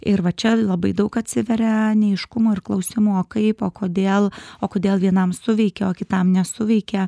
ir va čia labai daug atsiveria neaiškumų ir klausimų o kaip o kodėl o kodėl vienam suveikė o kitam nesuveikė